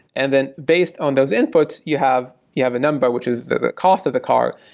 and then based on those inputs, you have you have a number which is the cost of the car.